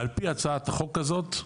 שעל פי הצעת החוק הזאת,